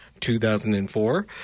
2004